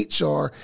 HR